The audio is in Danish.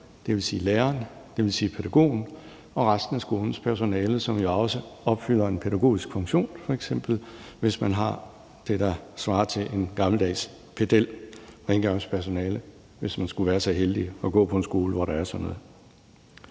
vil sige skolelederen, læreren, pædagogen og resten af skolens personale, som jo også opfylder en pædagogisk funktion, f.eks. hvis man har det, der svarer til en gammeldags pedel og et rengøringspersonale, hvis man skulle være så heldig at gå på en skole, hvor der er sådan noget.